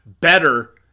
better